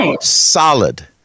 solid